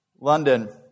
London